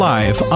Live